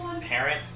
parent